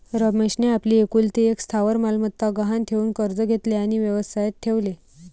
रमेशने आपली एकुलती एक स्थावर मालमत्ता गहाण ठेवून कर्ज घेतले आणि व्यवसायात ठेवले